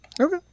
okay